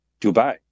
Dubai